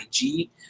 IG